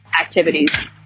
activities